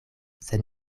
sed